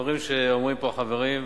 הדברים שאומרים פה החברים,